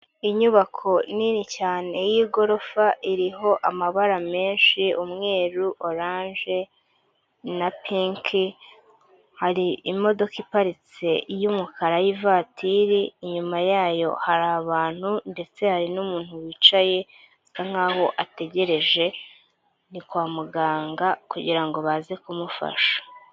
Inyubako nini cyane y'igorofa iriho amabara menshi umweru, orange na pinki hari imodoka iparitse y'umukara y'ivatiri inyuma yayo hari abantu ndetse hari n'umuntu wicaye asa nkaho ategereje, ni kwa muganga kugira ngo baze kumufasha.